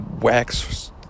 wax